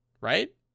right